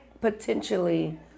potentially